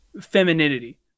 femininity